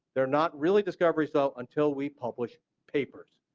they are not really discoveries so and till we publish papers.